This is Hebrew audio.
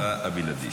זכותך הבלעדית.